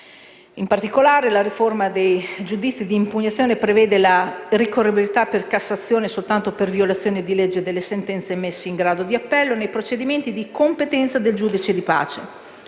In particolare, la riforma dei giudizi di impugnazione prevede la ricorribilità per Cassazione soltanto per violazione di legge delle sentenze emesse in grado di appello nei procedimenti di competenza del giudice di pace;